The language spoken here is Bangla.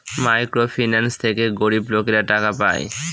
মাইক্রো ফিন্যান্স থেকে গরিব লোকেরা টাকা পায়